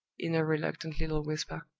in a reluctant little whisper.